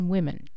Women